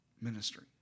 ministry